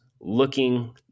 looking